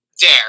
dare